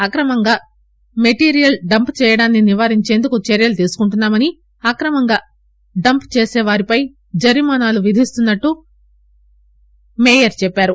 అక్రమంగా material dump చేయటాన్సి నివారించేందుకు చర్యలు తీసుకుంటున్నా మని అక్రమంగా మెటీరియల్ డంప్ చేసేవారిపై జరిమానాలు విధిస్తున్నట్లు మేయర్ చెప్పారు